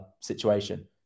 situation